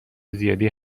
زیادی